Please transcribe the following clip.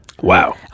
Wow